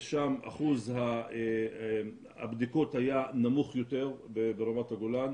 שם אחוז הבדיקות היה נמוך יותר ברמת הגולן,